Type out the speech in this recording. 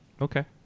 Okay